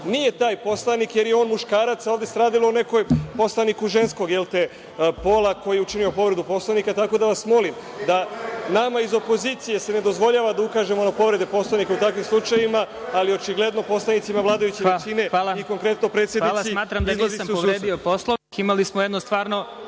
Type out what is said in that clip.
nije taj poslanik, jer je on muškarac, a ovde se radilo o nekom poslaniku ženskog pola koji je učinio povredu Poslovnika. Nama iz opozicije se ne dozvoljava da ukažemo na povrede Poslovnika u takvim slučajevima, ali očigledno poslanicima vladajuće većine i konkretno predsednici se izlazi u